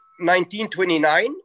1929